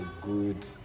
good